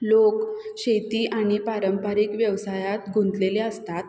लोक शेती आणि पारंपरिक व्यवसायात गुंतलेले असतात